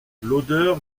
l’odeur